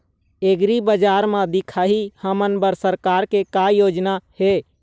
एग्रीबजार म दिखाही हमन बर सरकार के का योजना हे?